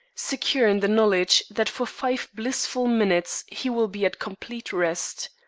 secure in the knowledge that for five blissful minutes he will be at complete rest.